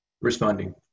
responding